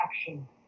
Action